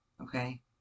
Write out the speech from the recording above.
Okay